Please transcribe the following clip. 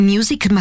Music